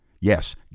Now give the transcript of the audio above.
Yes